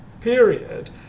period